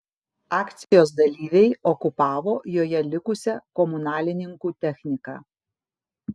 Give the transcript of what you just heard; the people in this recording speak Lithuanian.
akcijos dalyviai okupavo joje likusią komunalininkų techniką